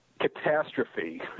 catastrophe